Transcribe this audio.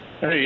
Hey